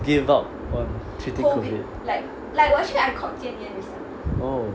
give up on treating COVID oh